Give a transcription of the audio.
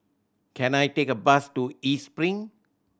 can I take a bus to East Spring